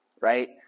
Right